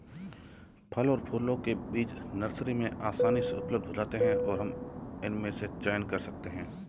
फल और फूलों के बीज नर्सरी में आसानी से उपलब्ध हो जाते हैं और हम इनमें से चयन कर सकते हैं